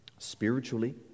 Spiritually